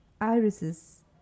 irises